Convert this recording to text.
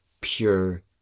pure